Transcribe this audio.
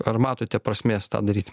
ar matote prasmės tą daryt